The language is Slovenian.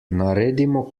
naredimo